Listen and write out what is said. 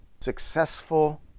successful